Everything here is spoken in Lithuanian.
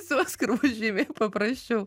su oskaru bus žymiai paprasčiau